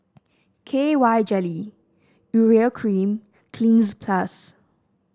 K Y Jelly Urea Cream Cleanz Plus